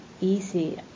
easy